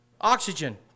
Oxygen